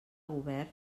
govern